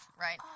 right